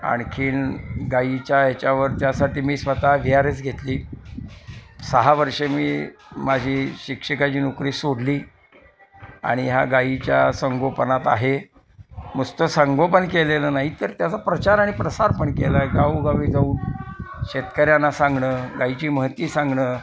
आणखीन गाईच्या याच्यावर त्यासाठी मी स्वतः वी आर एस घेतली सहा वर्षे मी माझी शिक्षकाची नोकरी सोडली आणि ह्या गाईच्या संगोपनात आहे नुसतं संगोपन केलेलं नाही तर त्याचा प्रचार आणि प्रसार पण केला आहे गावोगावी जाऊन शेतकऱ्यांना सांगणं गाईची महती सांगणं